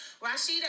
Rashida